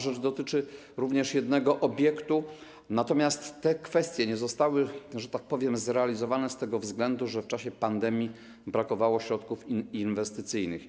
Rzecz dotyczy również jednego obiektu, natomiast te kwestie nie zostały, że tak powiem, zrealizowane z tego względu, że w czasie pandemii brakowało środków inwestycyjnych.